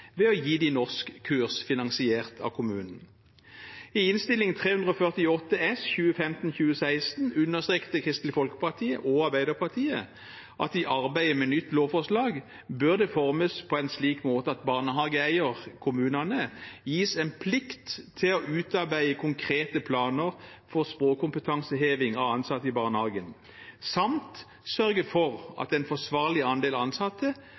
ved å gi dem norskkurs finansiert av kommunen. I Innst. 348 S for 2015–2016 understreket Kristelig Folkeparti og Arbeiderpartiet at i arbeidet med et nytt lovforslag bør dette utformes «på en slik måte at barnehageeier, kommunene, gis en plikt til å utarbeide konkrete planer for språkkompetanseheving av ansatte i barnehagen, samt sørge for at en forsvarlig andel ansatte